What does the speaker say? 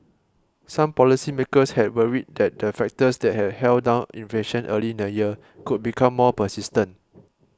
some policymakers had worried that the factors that had held down inflation early in the year could become more persistent